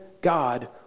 God